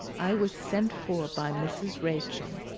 i was sent for by mrs. rachael,